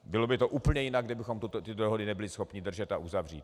Bylo by to úplně jinak, kdybychom tyto dohody nebyli schopni držet a uzavřít.